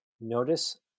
notice